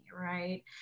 right